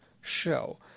show